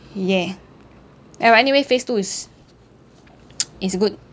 yeah oh anyway phase two is is good